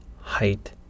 height